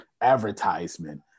advertisement